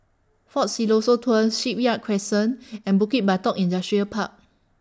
Fort Siloso Tours Shipyard Crescent and Bukit Batok Industrial Park